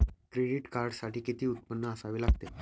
Credit कार्डसाठी किती उत्पन्न असावे लागते?